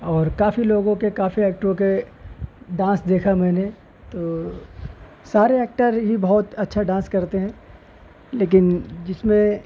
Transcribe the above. اور کافی لوگوں کے کافی ایکٹروں کے ڈانس دیکھا میں نے تو سارے ایکٹر ہی بہت اچھا ڈانس کرتے ہیں لیکن جس میں